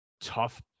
tough